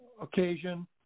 occasion